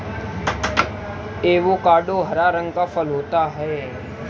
avocado हरा रंग का फल होता है